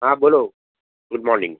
હા બોલો good morning